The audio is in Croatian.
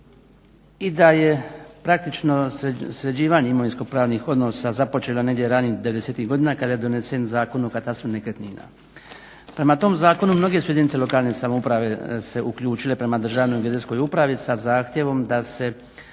i da je praktično sređivanje imovinsko-pravnih odnosa započelo negdje ranih '90-ih godina kada je donesen Zakon o katastru nekretnina. Prema tom zakonu mnoge su jedinice lokalne samouprave se uključile prema Državnoj geodetskoj upravi sa zahtjevom da se